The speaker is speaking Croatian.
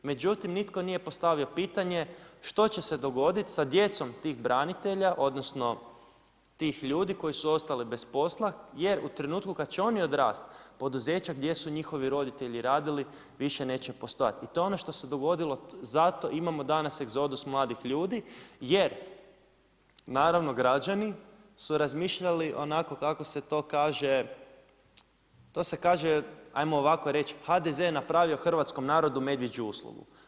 Međutim nitko nije postavio pitanje što će se dogoditi sa djecom tih branitelja odnosno tih ljudi koji su ostali bez posla jer u trenutku kad će oni odrast, poduzeća gdje su njihovi roditelji radili, više neće postojati i to je ono što se dogodilo, zato imamo danas egzodus mladih ljudi jer naravno, građani su razmišljali onako kako se to kaže, to se kaže ajmo ovako reći HDZ je napravio hrvatskom narodu medvjeđu uslugu.